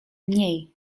mniej